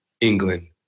England